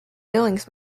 billings